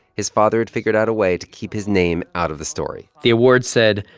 his father had figured out a way to keep his name out of the story the awards said,